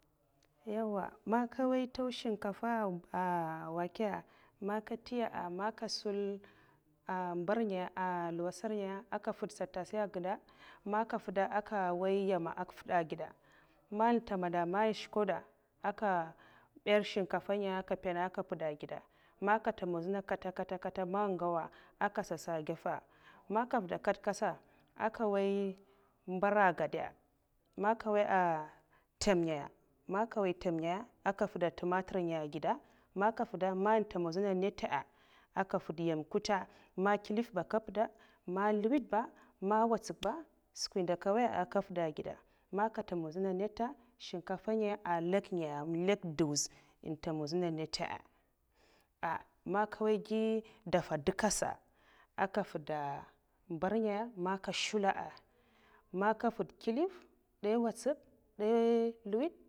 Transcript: Yawa'man nke nwoy ntow shinkafa wakeya man nka ntya man nka nshula a mbar ngaya ah labasar ngaya man nke nfed tatasay ged'da man nke fada aka nwiya nyema nka nfuwda geda man nta mbela man shkawda aka mbel shinkafa ngaya aka mpuna aka nka nfuwda a geda man nka ntwubwal dzina kata kata man gauwa'a aka zasa geffe'aka nfuwda kaskat'sa aka mbera ageda man ka nwiya ntema ngaya man ka nwiya ntema ngaya aka fwud tumatur ngaya eh geda man nka nfwuda man ntemudzina nita a' aka nfwuda nyema kute, man kliff ba aka mpuwda man nzluwid ba, man nwatsak ba skwi ndo nka nwoya aka nfwuda geda man nka ntomodzina nita shinkafa ngaya ahn nlek ngaya lek ntwuwuz ntemudzina nita ah man nka mwoy dafa duka'sa aka nfwuda mber ngaya man nka nshula'a man ka nfwud kliff dey watsak'dey nzluwid.